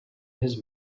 his